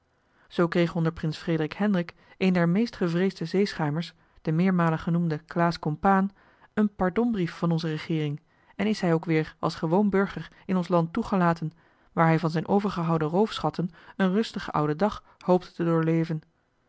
zoo kreeg onder prins frederik hendrik een der joh h been paddeltje de scheepsjongen van michiel de ruijter meest gevreesde zeeschuimers de meermalen genoemde claes compaen een pardonbrief van onze regeering en is hij ook weer als gewoon burger in ons land toegelaten waar hij van zijn overgehouden roofschatten een rustigen ouden dag hoopte te